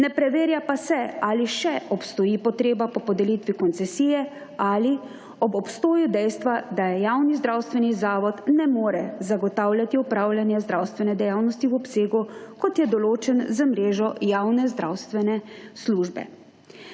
ne preverja pa se ali še obstoji potreba po podelitvi koncesije ali ob obstoju dejstva, da je javni zdravstveni zavod ne more zagotavljati opravljanja zdravstvene dejavnosti v obsegu kot je določen z mrežo javne zdravstvene službe.